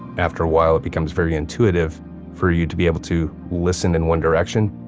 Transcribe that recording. after a while it becomes very intuitive for you to be able to listen in one direction,